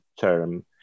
term